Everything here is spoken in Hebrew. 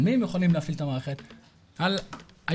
על מי הם יכולים להפעיל את המערכת?